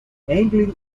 angling